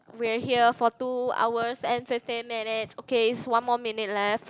we're here for two hours and fifteen minutes okay it's one more minute left